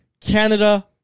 Canada